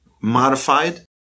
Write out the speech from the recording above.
modified